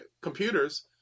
computers